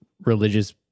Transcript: religious